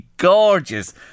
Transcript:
Gorgeous